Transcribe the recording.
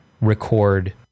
record